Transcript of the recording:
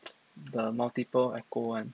the multiple echo one